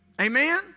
Amen